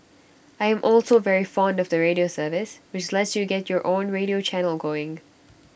I am also very fond of the radio service which lets you get your own radio channel going